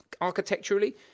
architecturally